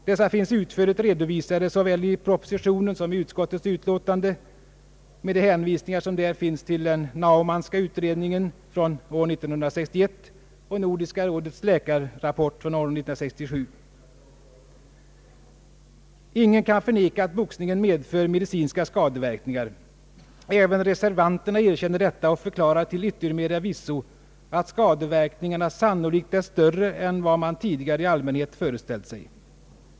Dessa finns utförligt redovisade såväl i propositionen som i utskottets utlåtande med de hänvisningar som där finns till den Naumannska utredningen »Boxningssportens skadeverkningar» från år 1961 och Nordiska rådets läkarrapport från 1967. Jag kan därför fatta mig kort. Ingen kan förneka att boxningen medför medicinska skadeverkningar. Även reservanterna erkänner detta och förklarar till yttermera visso att skadeverkningarna »sannolikt är större än vad man tidigare i allmänhet föreställt sig».